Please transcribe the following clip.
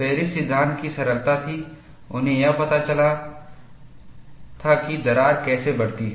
Paris सिद्धांत की सरलता थी उन्हें यह पता चल गया था कि दरार कैसे बढ़ती है